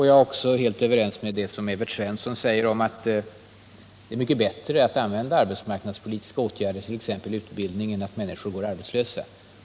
Jag är också helt överens med Evert Svensson om att det är mycket bättre att använda arbetsmarknadspolitiska åtgärder, t.ex. utbildning, än att människor går arbetslösa.